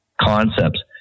concepts